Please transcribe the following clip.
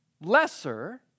lesser